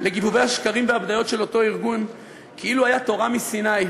לגיבובי השקרים והבדיות של אותו ארגון כאילו היו תורה מסיני: